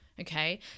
Okay